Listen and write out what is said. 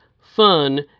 fun